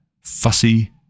fussy